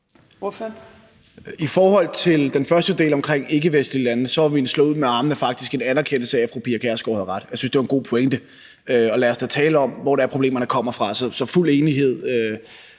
I forhold til den første del omkring ikkevestlige lande slog jeg faktisk ud med armene som en anerkendelse af, at fru Pia Kjærsgaard har ret. Jeg syntes, det var en god pointe, og lad os da tale om, hvor det er, problemerne kommer fra. Så der er fuld enighed